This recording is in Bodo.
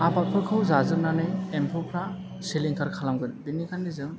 आबादफोरखौ जाजोबनानै एम्फौफ्रा सिलिंखार खालामगोन बेनिखायनो जों